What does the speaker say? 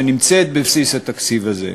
שנמצאת בבסיס התקציב הזה.